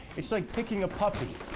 it's like picking a puppy,